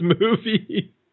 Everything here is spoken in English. movie